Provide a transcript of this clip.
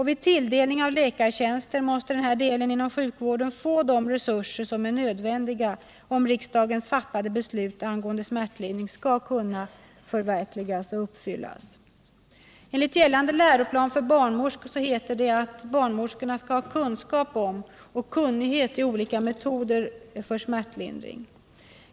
Vid tilldelning av läkartjänster måste denna del inom sjukvården få de resurser som är nödvändiga om riksdagens fattade beslut angående smärtlindring skall kunna förverkligas. Enligt gällande läroplan för barnmorskor heter det att barnmorskorna skall ha kunskap om och kunnighet i olika metoder för smärtlindring.